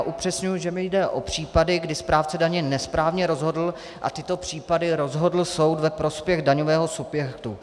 Upřesňuji, že mi jde o případy, kdy správce daně nesprávně rozhodl a tyto případy rozhodl soud ve prospěch daňového subjektu.